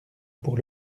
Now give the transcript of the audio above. pour